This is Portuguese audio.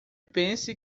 pense